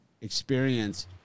experience